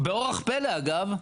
באורח פלא אגב,